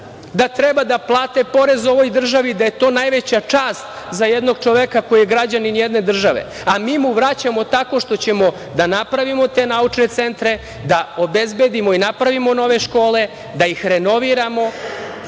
da treba da plate porez ovoj državi, da je to najveća čast za jednog čoveka koji je građanin jedne države. Mi mu vraćamo tako što ćemo da napravimo te naučne centre, da obezbedimo i napravimo nove škole, da ih renoviramo,